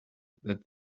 that